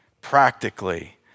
practically